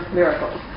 miracles